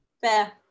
Fair